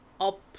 up